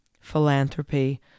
philanthropy